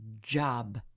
job